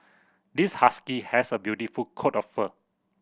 this husky has a beautiful coat of fur